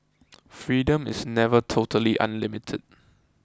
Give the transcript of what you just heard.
freedom is never totally unlimited